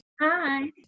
Hi